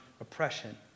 oppression